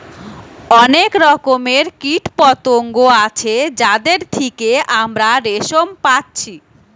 অনেক রকমের কীটপতঙ্গ আছে যাদের থিকে আমরা রেশম পাচ্ছি